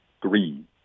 green